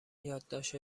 یادداشت